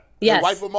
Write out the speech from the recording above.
Yes